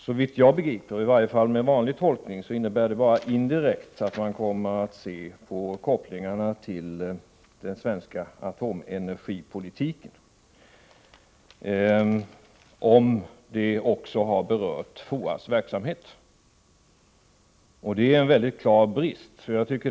Såvitt jag begriper innebär detta enligt vanlig tolkning att man bara indirekt kommer att undersöka om kopplingen till den svenska atomenergipolitiken också berört FOA:s verksamhet. Det är en mycket klar brist.